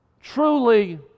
truly